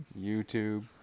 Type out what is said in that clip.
youtube